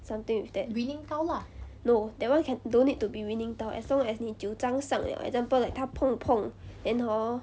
something with that no that [one] can don't need to be winning tile as long as 你九张上了 example like 他碰碰 then hor